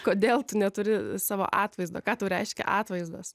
kodėl tu neturi savo atvaizdo ką tau reiškia atvaizdas